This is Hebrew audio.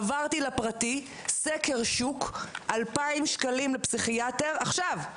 עברתי לפרטי, סקר שוק 2,000 ₪ לפסיכיאטר, עכשיו,